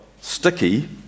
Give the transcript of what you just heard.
sticky